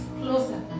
closer